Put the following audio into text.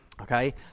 Okay